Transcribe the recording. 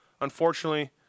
Unfortunately